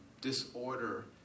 disorder